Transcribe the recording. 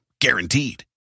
Guaranteed